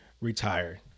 retired